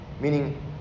Meaning